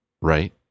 right